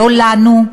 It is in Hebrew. לא לנו,